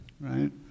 right